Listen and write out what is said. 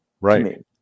Right